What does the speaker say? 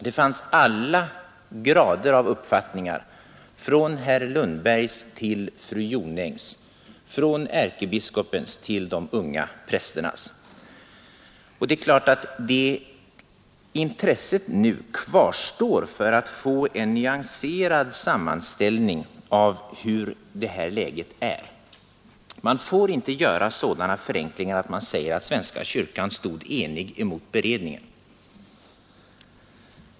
Det fanns alla grader av uppfattningar, från herr Lundbergs till fru Jonängs, från ärkebiskopens till de unga prästernas. Det är klart att intresset nu kvarstår för att få en sammanställning av hur nyanserat läget är. Man får inte göra sådana förenklingar att man säger att svenska kyrkan stod enig mot beredningen.